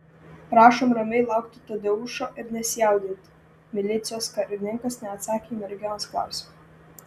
prašom ramiai laukti tadeušo ir nesijaudinti milicijos karininkas neatsakė į merginos klausimą